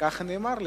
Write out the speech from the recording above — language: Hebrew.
ככה נאמר לי.